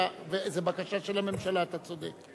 זו בקשה של הממשלה, אתה צודק.